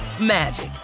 magic